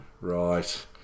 right